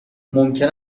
ممکن